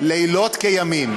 לילות כימים.